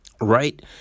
Right